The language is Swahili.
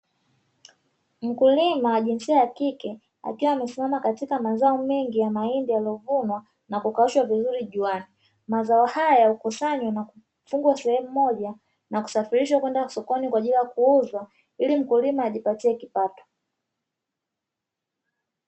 Mkulima wa jinsia ya kike akiwa amesimama katika mazao mengi ya mahindi yaliyovunwa na kukaushwa vizuri juani. Mazao haya hukusanywa na kufungwa sehemu moja na kusafirishwa kwenda sokoni kwa ajili ya kuuzwa ili mkulima ajipatie kipato.